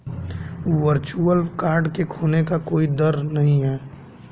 virtual card के खोने का कोई दर नहीं है